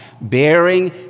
bearing